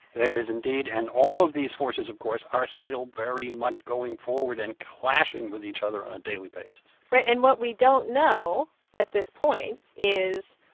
there is indeed. and all of these forces, of course, are still very much going forward and clashing with each other on a daily basis right. and what we don't know at this point is,